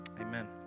Amen